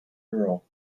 girl